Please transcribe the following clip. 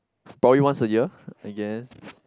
probably once a year I guess